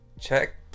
Check